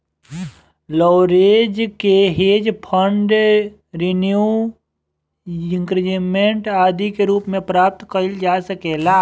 leverage के hedge fund renew increment आदि के रूप में प्राप्त कईल जा सकेला